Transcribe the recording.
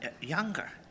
younger